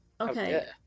Okay